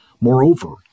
Moreover